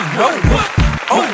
no